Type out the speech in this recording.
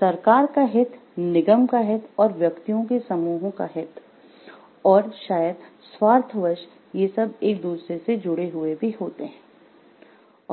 सरकार का हित निगम का हित और व्यक्तियों के समूह का हित और शायद स्वार्थवश ये सब एक दूसरे से जुड़े हुए भी होते हैं